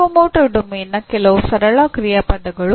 ಮನೋಪ್ರೇರಣಾ ಕ್ಷೇತ್ರದ ಕೆಲವು ಸರಳ ಕ್ರಿಯಾಪದಗಳು